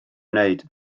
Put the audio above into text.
wneud